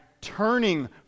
turning